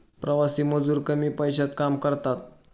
प्रवासी मजूर कमी पैशात काम करतात